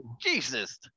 Jesus